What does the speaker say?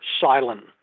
silent